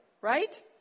right